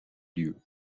lieux